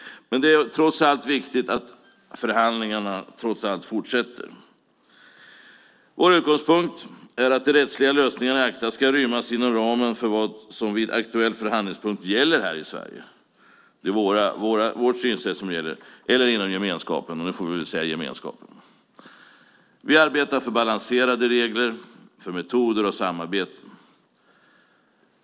Det är trots allt viktigt att förhandlingarna fortsätter. Vår utgångspunkt är att de rättsliga lösningarna i ACTA ska rymmas inom ramen för vad som vid aktuell förhandlingspunkt gäller här i Sverige - det är vårt synsätt som gäller - eller inom gemenskapen. Nu får vi väl säga gemenskapen. Vi arbetar för balanserade regler, metoder och samarbeten.